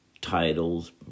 titles